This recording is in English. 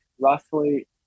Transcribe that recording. roughly